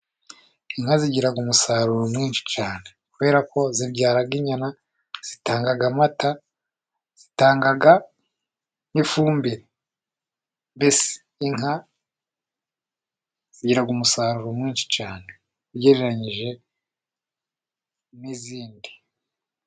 Inka zigira umusaruro mwinshi cyane kubera ko zibyara inyana, zitanga amata, zitanga n'ifumbire, mbese inka zigira umusaruro mwinshi cyane ugereranyije n'izindi.